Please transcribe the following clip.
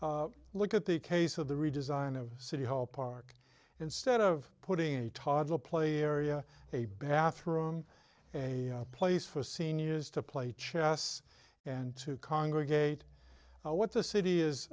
look at the case of the redesign of city hall park instead of putting a toddler play area a bathroom a place for seniors to play chess and to congregate what the city is